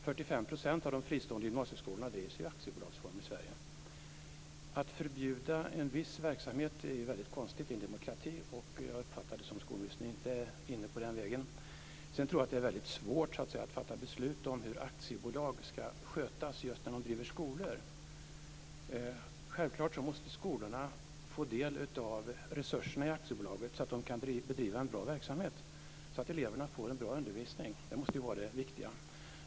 45 % Att förbjuda en viss verksamhet är väldigt konstigt i en demokrati. Jag uppfattade att skolministern inte är inne på den vägen. Jag tror att det är svårt att fatta beslut om hur aktiebolag ska skötas just när de driver skolor. Självfallet måste skolorna få del av resurserna i aktiebolaget, så att de kan bedriva en bra verksamhet och så att eleverna får en bra undervisning - det måste vara det viktiga.